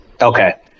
Okay